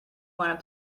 want